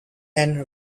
and